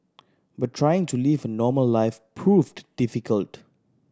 but trying to live a normal life proved difficult